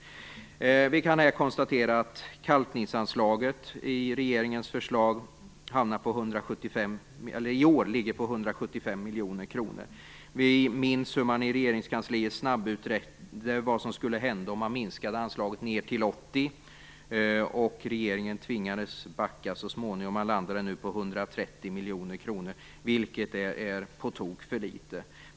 Vi kan konstatera att kalkningsanslaget i regeringens förslag i år ligger på 175 miljoner kronor. Vi minns att regeringskansliet snabbutredde vad som skulle hända om man minskade anslaget ned till 80 miljoner. Regeringen tvingades backa så småningom och landar nu på 130 miljoner, vilket är på tok för litet.